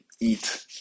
eat